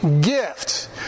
gift